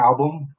album